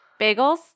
Bagels